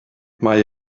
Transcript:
mae